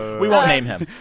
we won't name him.